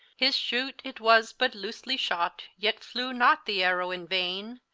his shoote it was but loosely shott, yet flewe not the arrowe in vaine,